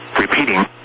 Repeating